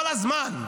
כל הזמן: